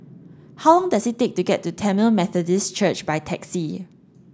how long does it take to get to Tamil Methodist Church by taxi